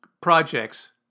projects